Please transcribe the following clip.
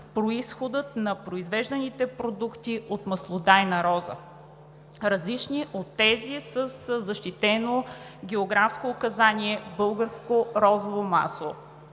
на произвежданите продукти от маслодайна роза, различни от тези със защитено географско указание „Българско розово масло“.